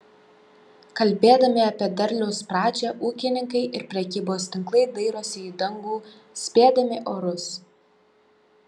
kalbėdami apie derliaus pradžią ūkininkai ir prekybos tinklai dairosi į dangų spėdami orus